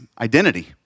identity